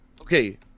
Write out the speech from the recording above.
Okay